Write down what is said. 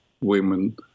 women